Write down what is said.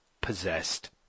possessed